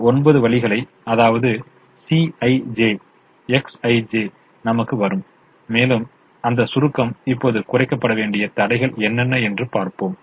இந்த ஒன்பது வழிகளை அதாவது Cij Xij நமக்குத் வரும் மேலும் அந்த சுருக்கம் இப்போது குறைக்கப்பட வேண்டிய தடைகள் என்னென்ன என்று பார்ப்போம்